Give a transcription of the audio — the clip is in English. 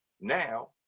Now